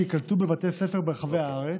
שייקלטו בבתי הספר ברחבי הארץ.